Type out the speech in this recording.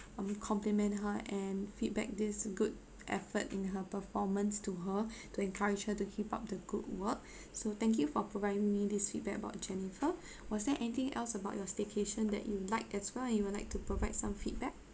um compliment her and feedback this good effort in her performance to her to encourage her to keep up the good work so thank you for providing me this feedback about jennifer was there anything else about your staycation that you like as well and you'd like to provide some feedback